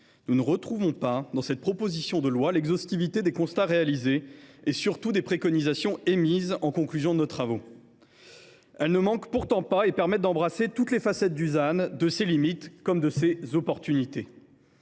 nous ne retrouvons pas dans cette proposition de loi l’exhaustivité des constats réalisés et surtout des préconisations émises en conclusion de nos travaux. Très juste ! Ces préconisations ne manquent pourtant pas et elles permettraient d’embrasser toutes les facettes du ZAN, ses limites comme ses opportunités.